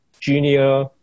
junior